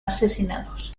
asesinados